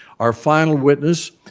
our final witness,